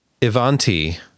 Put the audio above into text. Ivanti